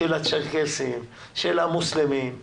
של הצ'רקסים; של המוסלמים,